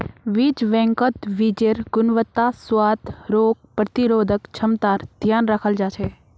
बीज बैंकत बीजेर् गुणवत्ता, स्वाद, रोग प्रतिरोधक क्षमतार ध्यान रखाल जा छे